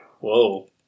Whoa